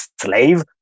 slave